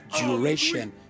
duration